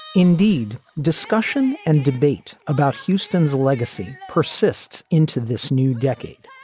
indeed, discussion and debate about houston's legacy persists into this new decade.